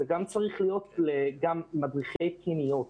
זה צריך להיות גם למדריכי פנימיות